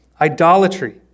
Idolatry